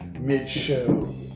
mid-show